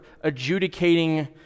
adjudicating